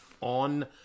on